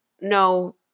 no